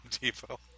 Depot